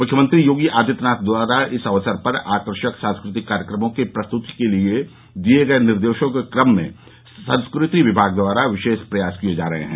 मुख्यमंत्री योगी आदित्यनाथ द्वारा इस अवसर पर आकर्षक सांस्कृतिक कार्यक्रमों की प्रस्तुति के लिये दिये गये निर्देशों के क्रम में संस्कृति विभाग द्वारा विशेष प्रयास किये गये हैं